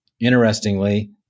Interestingly